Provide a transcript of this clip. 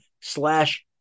slash